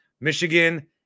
Michigan